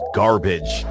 garbage